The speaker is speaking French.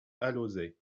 alauzet